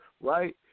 right